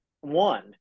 One